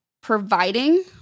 providing